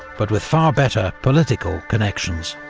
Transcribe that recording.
but with far better political connections.